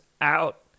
out